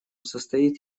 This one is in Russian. состоит